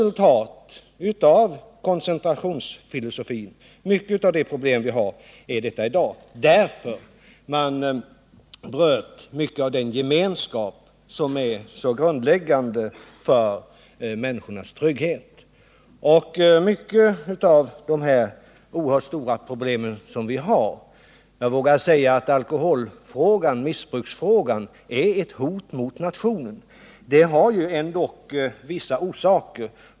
Mycket av de oerhört stora problem vi har i dag är ett resultat av koncentrationsfilosofin, eftersom man bröt en stor del av den gemenskap som är så grundläggande för människornas trygghet. Jag vågar säga att alkoholmissbruket är ett hot mot nationen. Det har ändock sina orsaker.